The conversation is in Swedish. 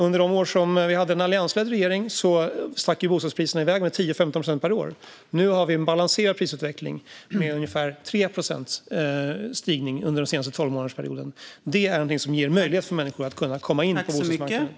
Under de år som vi hade en alliansledd regering stack bostadspriserna iväg med 10-15 procent per år. Nu har vi en balanserad prisutveckling med en ökning på ungefär 3 procent under den senaste tolvmånadersperioden. Det gör att människor har möjlighet att komma in på bostadsmarknaden.